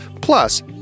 Plus